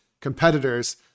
competitors